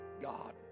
God